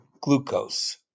glucose